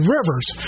Rivers